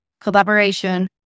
collaboration